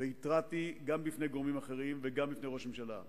והתרעתי גם בפני גורמים אחרים וגם בפני ראש הממשלה דאז,